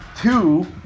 Two